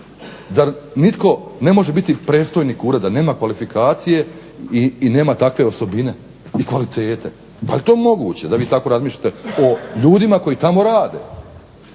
Zar nitko ne može biti predstojnik ureda nema kvalifikacije i nema takve osobine i kvalitete. Pa jel to moguće da vi tako razmišljate o ljudima koji tamo rade?